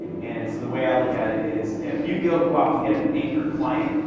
and so, the way i look at it is, if you go go out and get an anchor client,